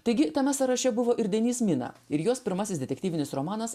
taigi tame sąraše buvo ir denis mina ir jos pirmasis detektyvinis romanas